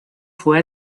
fue